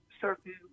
certain